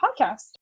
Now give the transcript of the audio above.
podcast